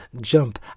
jump